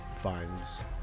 finds